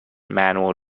manual